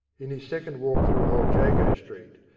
in his second walk through old jago street,